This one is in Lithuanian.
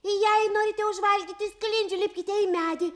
jei norite užvalgyti sklindžių lipkite į medį